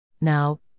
Now